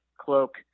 cloak